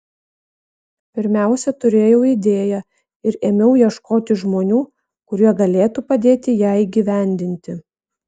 pirmiausia turėjau idėją ir ėmiau ieškoti žmonių kurie galėtų padėti ją įgyvendinti